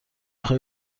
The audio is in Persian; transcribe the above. خوای